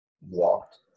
walked